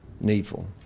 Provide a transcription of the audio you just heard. needful